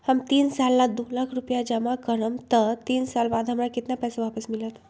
हम तीन साल ला दो लाख रूपैया जमा करम त तीन साल बाद हमरा केतना पैसा वापस मिलत?